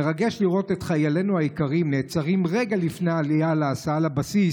מרגש לראות את חיילינו היקרים נעצרים רגע לפני העלייה להסעה לבסיס,